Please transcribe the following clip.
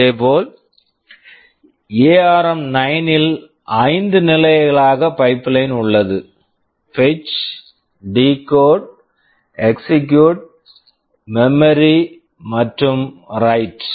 இதேபோல் ARM nine ARM9 ல் 5 நிலைகளாக பைப்லைன் pipeline உள்ளது fetch fetch decode decode execute execute memory memory மற்றும் வ்ரைட் write